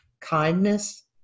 kindness